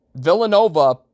Villanova